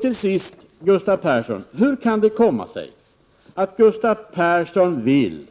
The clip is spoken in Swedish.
Till sist, Gustav Persson: Hur kan det komma sig att Gustav Persson vill